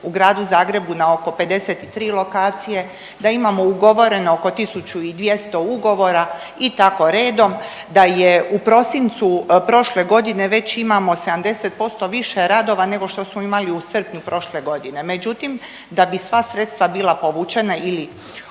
u Gradu Zagrebu na oko 53 lokacije, da imamo ugovoreno oko 1200 ugovora i tako redom, da je u prosincu prošle godine već imamo 70% više radova nego što smo imali u srpnju prošle godine. Međutim da bi sva sredstva bila povučena ili